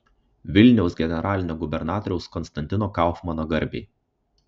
vilniaus generalinio gubernatoriaus konstantino kaufmano garbei